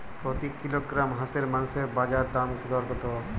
প্রতি কিলোগ্রাম হাঁসের মাংসের বাজার দর কত?